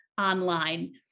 online